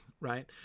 Right